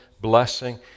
blessing